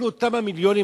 אפילו כמה מיליונים,